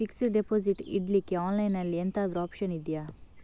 Fixed deposit ಇಡ್ಲಿಕ್ಕೆ online ಅಲ್ಲಿ ಎಂತಾದ್ರೂ ಒಪ್ಶನ್ ಇದ್ಯಾ?